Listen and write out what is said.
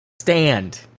stand